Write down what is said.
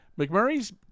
McMurray's